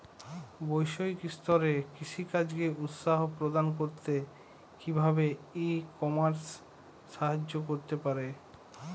বৈষয়িক স্তরে কৃষিকাজকে উৎসাহ প্রদান করতে কিভাবে ই কমার্স সাহায্য করতে পারে?